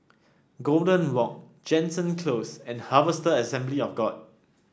Golden Walk Jansen Close and Harvester Assembly of God